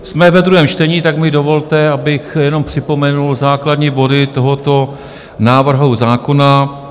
Jsme ve druhém čtení, tak mi dovolte, abych jenom připomenul základní body tohoto návrhu zákona.